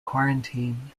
quarantine